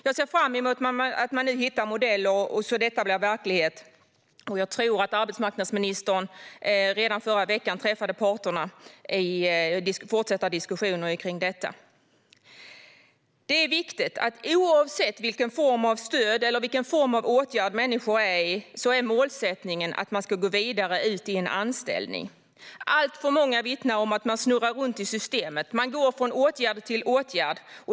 Jag ser fram emot att man nu hittar modeller så att detta blir verklighet, och jag tror att arbetsmarknadsministern redan förra veckan träffade parterna för att fortsätta diskussionerna om detta. Oavsett vilken form av stöd eller åtgärd det handlar om är det viktigt att målsättningen är att man ska gå vidare till en anställning. Alltför många vittnar om hur man snurrar runt i systemet och går från åtgärd till åtgärd.